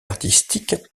artistiques